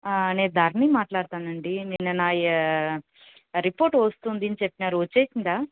నేను ధరణి మాట్లాడుతున్నానండి నిన్న నావి రిపోర్ట్ వస్తుంది అని చెప్పారు వచ్చేసిందా